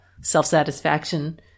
self-satisfaction